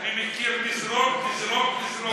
אני מכיר "לזרום, לזרום, לזרום".